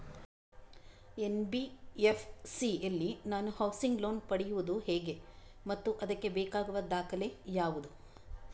NBFC ಯಲ್ಲಿ ನಾನು housing loan ಪಡೆಯುದು ಹೇಗೆ ಮತ್ತು ಅದಕ್ಕೆ ಬೇಕಾಗುವ ದಾಖಲೆ ಯಾವುದು?